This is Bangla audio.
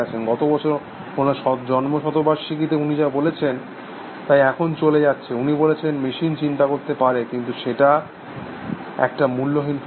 গত বছর ওনার জন্ম শতবার্ষিকিতে উনি যা বলেছেন তাই এখন চলে যাচ্ছে উনি বলেছেন মেশিন চিন্তা করতে পারে কিনা সেটা একটা মূল্যহীন প্রশ্ন